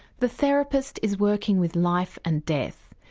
the therapist is working with life and death,